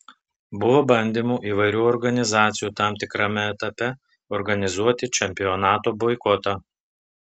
buvo bandymų įvairių organizacijų tam tikrame etape organizuoti čempionato boikotą